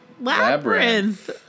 Labyrinth